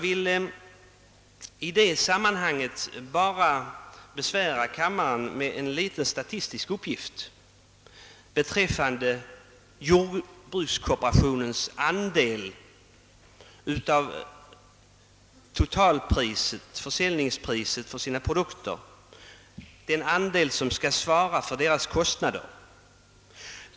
I detta sammanhang vill jag besvära kammaren med en statistisk uppgift beträffande jordbrukskooperationens andel av försäljningspriset på sina produkter, den andel som skall svara för deras kostnader.